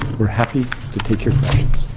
we're happy to take your